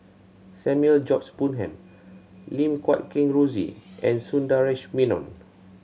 Samuel George Bonham Lim Guat Kheng Rosie and Sundaresh Menon